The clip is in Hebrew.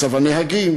מצב הנהגים,